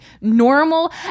normal